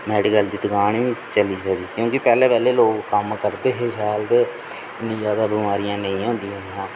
medical दी दकान बी चली सकदी क्योंकि पैहलें पैहलें लोग कम्म करदे हे शैल ते इन्नी जैदा बमारियां नेईं होंदियां हियां